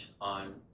on